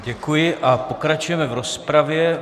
Děkuji a pokračujeme v rozpravě.